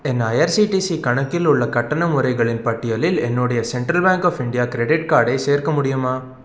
என் IRCTC கணக்கில் உள்ள கட்டண முறைகளின் பட்டியலில் என்னுடைய central bank of India credit கார்டை சேர்க்க முடியுமா